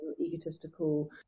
egotistical